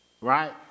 right